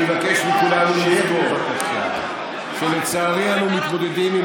אני מבקש מכולנו לזכור שלצערי אנו מתמודדים עם